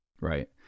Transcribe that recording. right